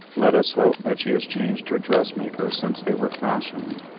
let us hope that she has changed her dress-maker since they were fashioned,